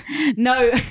no